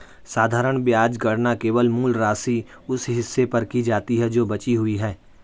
साधारण ब्याज गणना केवल मूल राशि, उस हिस्से पर की जाती है जो बची हुई है